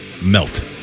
melt